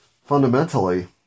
fundamentally